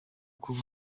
kuba